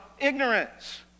ignorance